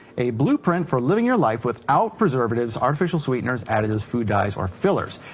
a blueprint for living your life without preservatives, artificial sweeteners, additives, food dies, or fillers.